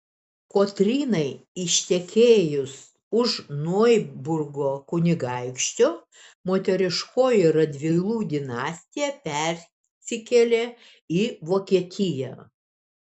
kotrynai ištekėjus už noiburgo kunigaikščio moteriškoji radvilų dinastija persikėlė į vokietiją